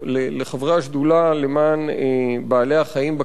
לחברי השדולה למען בעלי-החיים בכנסת,